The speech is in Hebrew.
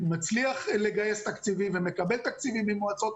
שמצליח לגייס תקציבים ומקבל תקציבים ממועצות,